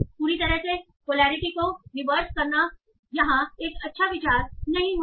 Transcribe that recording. पूरी तरह से पोलैरिटी को रिवर्स करना यहां एक अच्छा विचार नहीं होगा